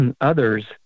others